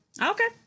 Okay